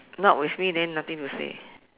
not with me then nothing to say